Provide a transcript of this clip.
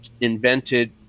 invented